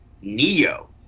neo